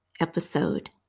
episode